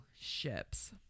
ships